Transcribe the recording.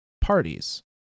Parties